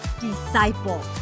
Disciple